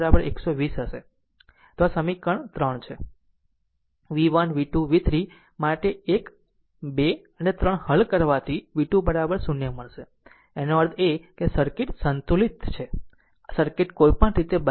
v1 v2 v3 માટે એક 2 અને 3 હલ કરવાથી v 2 0 મળશે આનો અર્થ એ છે કે આ સર્કિટ સંતુલિત છે આ સર્કિટ કોઈપણ રીતે બતાવશે